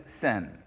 sin